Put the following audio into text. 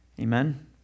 Amen